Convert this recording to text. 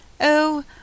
Oh